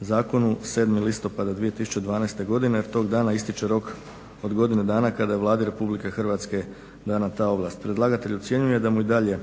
zakonu 7. listopada 2012. godine jer tog dana ističe rok od godine dana kada je Vladi RH dana ta ovlast. Predlagatelj ocjenjuje da mu i dalje